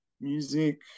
music